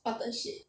what the shit